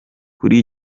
kuri